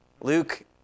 Luke